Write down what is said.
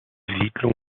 siedlung